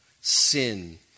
sin